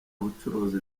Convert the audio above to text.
ubucuruzi